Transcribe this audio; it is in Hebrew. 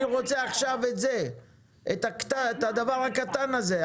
אני רוצה עכשיו את התיקון הקטן הזה.